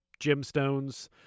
gemstones